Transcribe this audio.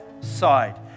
side